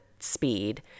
Speed